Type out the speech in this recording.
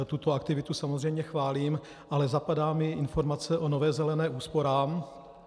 Tuto aktivitu samozřejmě chválím, ale zapadá mi informace o Nové zelené úsporám.